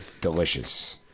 Delicious